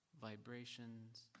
vibrations